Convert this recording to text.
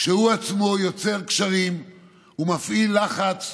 כשהוא עצמו יוצר קשרים ומפעיל לחץ,